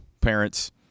parents